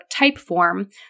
Typeform